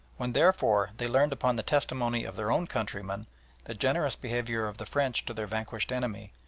when, therefore, they learned upon the testimony of their own countrymen the generous behaviour of the french to their vanquished enemy,